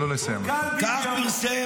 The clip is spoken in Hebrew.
גם אותך